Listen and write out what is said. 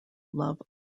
love